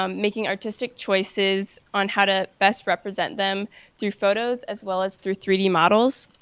um making artistic choices on how to best represent them through photos as well as through three d models.